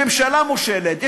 ממשלה מושלת,